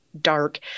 dark